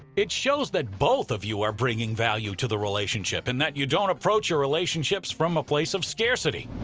it shows that both of you are bringing value to the relationship and that you don't approach your relationships from a place of scarcity.